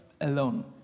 alone